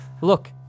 Look